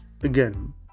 again